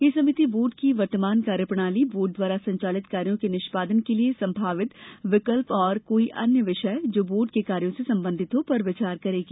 यह समिति बोर्ड की वर्तमान कार्य प्रणाली बोर्ड द्वारा संचालित कार्यो के निष्पादन के लिए संभावित विकल्प और कोई अन्य विषय जो बोर्ड के कार्यों से संबंधित हों पर विचार करेगी